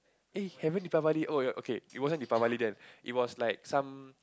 eh having Diwali oh ya okay it wasn't Diwali then it was like some